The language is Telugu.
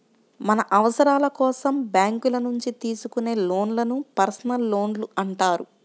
మన అవసరాల కోసం బ్యేంకుల నుంచి తీసుకునే లోన్లను పర్సనల్ లోన్లు అంటారు